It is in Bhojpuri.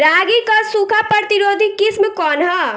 रागी क सूखा प्रतिरोधी किस्म कौन ह?